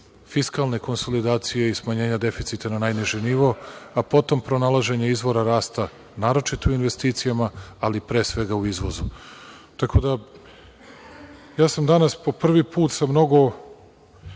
fiskalne konsolidacije i smanjenja deficita na najniži nivo, a potom pronalaženje izvora rasta naročito u investicijama, ali pre svega u izvozu. Tako da ja sam danas po prvi put sa mnogo